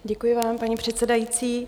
Děkuji vám, paní předsedající.